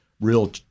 real